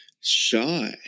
shy